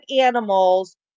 animals